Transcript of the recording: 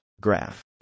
Graph